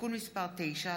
(תיקון מס' 9),